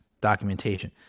documentation